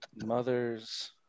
Mothers